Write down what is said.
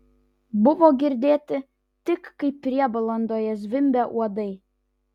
buvo girdėti tik kaip prieblandoje zvimbia uodai